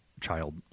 child